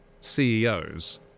ceos